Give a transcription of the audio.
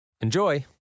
enjoy